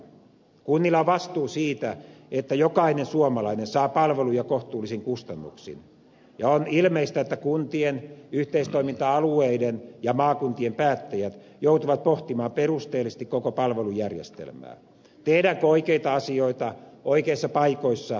kunnilla on vastuu siitä että jokainen suomalainen saa palveluja kohtuullisin kustannuksin ja on ilmeistä että kuntien yhteistoiminta alueiden ja maakuntien päättäjät joutuvat pohtimaan perusteellisesti koko palvelujärjestelmää tehdäänkö oikeita asioita oikeissa paikoissa ja oikeilla tavoilla